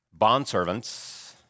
Bondservants